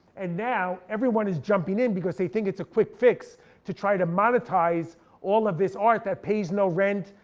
and now everyone is jumping in because they think it's a quick fix to try to monetize all of this art that pays no rent,